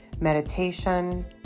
Meditation